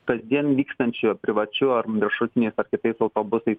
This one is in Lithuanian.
kasdien vykstančių privačiu ar maršrutinias ar kitais autobusais